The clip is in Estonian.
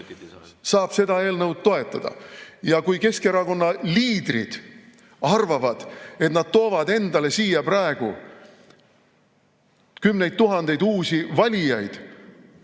... seda eelnõu toetada. Ja kui Keskerakonna liidrid arvavad, et nad toovad endale siia praegu kümneid tuhandeid uusi valijaid,